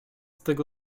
tego